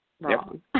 wrong